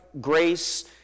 grace